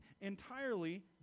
entirely